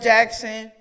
Jackson